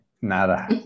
Nada